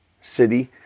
city